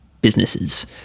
businesses